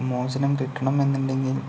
മോചനം കിട്ടണം എന്നുണ്ടെങ്കിൽ